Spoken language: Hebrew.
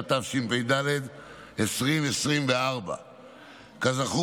התשפ"ד 2024. כזכור,